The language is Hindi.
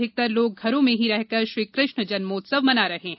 अधिकतर लोग घरों में ही रहकर श्रीकृष्ण जम्मोत्सव मना रहे हैं